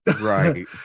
Right